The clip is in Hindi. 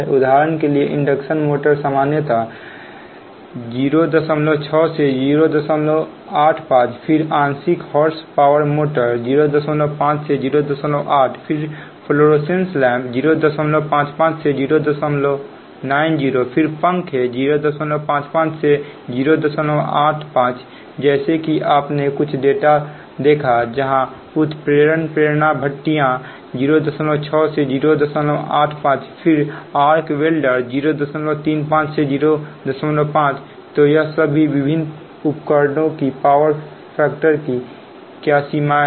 उदाहरण के लिए इंडक्शन मोटर सामान्यतः 06 से 085 फिर आंशिक हॉर्स पावर मोटर 05 से 08फिर फ्लोरोसेंट लैंप 055 से 90 फिर पंखे 055 से 085 जैसा कि आपने कुछ डेटा देखा जहां उत्प्रेरण प्रेरण भट्टियां 06 से 085 फिर आर्क वेल्डर 035 से 05 तो यह सभी विभिन्न उपकरणों की पावर फैक्टर की क्या सीमाएं हैं